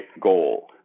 goal